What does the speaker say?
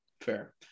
Fair